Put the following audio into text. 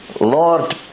Lord